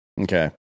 Okay